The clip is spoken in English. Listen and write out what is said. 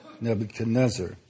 Nebuchadnezzar